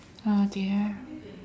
ah there